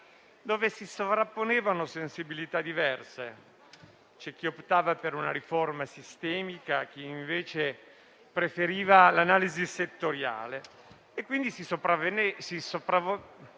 quale si sovrapponevano sensibilità diverse: c'è chi optava per una riforma sistemica e chi invece preferiva l'analisi settoriale. In tal modo si sovrapponevano